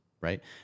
right